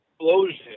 explosion